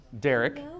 Derek